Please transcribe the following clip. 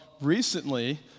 Recently